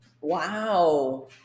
Wow